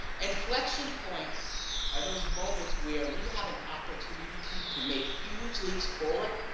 inflection points are those moments where we have an opportunity to make huge leaps forward,